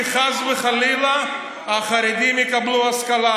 כי חס וחלילה החרדים יקבלו השכלה,